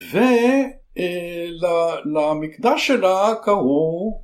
ו... אה... ל... למקדש שלה קראו...